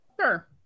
Sure